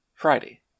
Friday